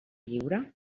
lliure